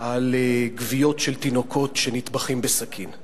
על גוויות של תינוקות שנטבחים בסכין.